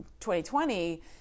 2020